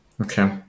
okay